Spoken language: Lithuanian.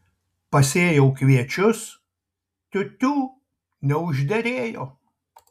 pasėjau kviečius tiu tiū neužderėjo